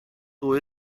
dyw